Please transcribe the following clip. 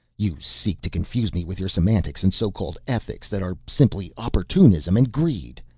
you seek to confuse me with your semantics and so-called ethics that are simply opportunism and greed.